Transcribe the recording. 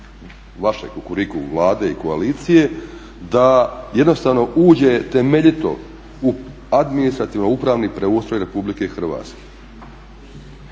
vaše Kukuriku Vlade i koalicije, da jednostavno uđe temeljito u administrativno-upravni preustroj RH. Radi se